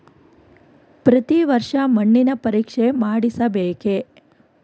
ಪ್ರತಿ ವರ್ಷ ಮಣ್ಣಿನ ಪರೀಕ್ಷೆ ಮಾಡಿಸಬೇಕೇ?